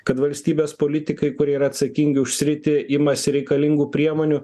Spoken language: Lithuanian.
kad valstybės politikai kurie yra atsakingi už sritį imasi reikalingų priemonių